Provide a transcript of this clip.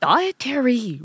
Dietary